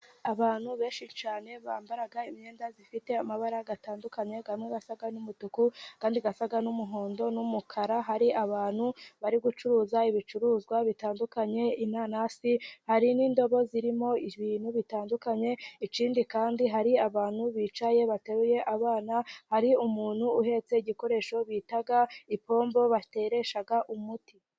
Abantu benshi cyane bambara imyenda ifite amabara atandukanye, amwe asa n'umutuku, andi asa n'umuhondo, n'umukara, hari abantu bari gucuruza ibicuruzwa bitandukanye inanasi, hari n'indobo zirimo ibintu bitandukanye, ikindi kandi hari abantu bicaye bateruye abana, hari umuntu uhetse igikoresho bita ipombo bateresha umuti.